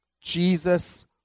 Jesus